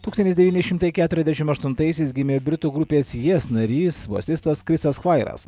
tūkstantis devynišimtai keturiasdešim aštuntaisiais gimė britų grupės jes narys bosistas krisas kvairas